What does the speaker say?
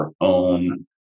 own